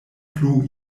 plu